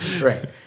Right